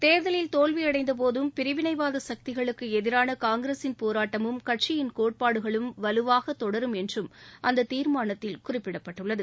தேர்தலில் தோல்வி அடைந்த போதும் பிரிவினைவாத சக்திகளுக்கு எதிரான காங்கிரசின் போராட்டமும் கட்சியின் கோட்பாடுகளும் வலுவாக தொடரும் என்றும் அந்த தீர்மானத்தில் குறிப்பிடப்பட்டுள்ளது